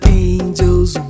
angels